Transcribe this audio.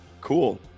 cool